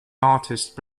artist